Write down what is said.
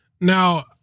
now